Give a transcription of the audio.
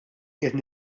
qiegħed